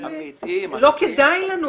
זה לא כדאי,